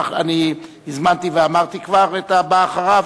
אני הזמנתי ואמרתי כבר את הבא אחריו?